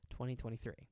2023